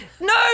no